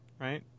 right